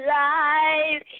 life